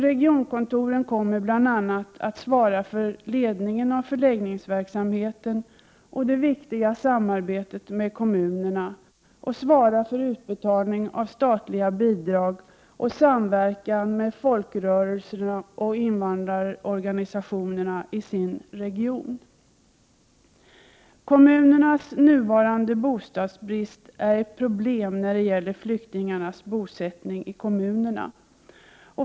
Regionkontoren kommer bl.a. att svara för ledningen av förläggningsverksamheten, det viktiga samarbetet med kommunerna, utbetalning av statliga bidrag liksom samverkan med folkrörelserna och invandrarorganisationerna i sin region. Kommunernas nuvarande bostadsbrist är ett problem när det gäller flyktingarnas bosättning i kommunerna.